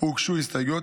הוגשו הסתייגויות.